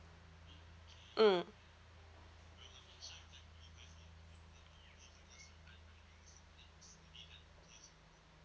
mm